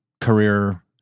career